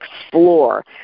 explore